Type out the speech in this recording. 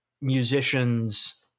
musicians